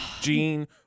Gene